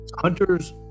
Hunters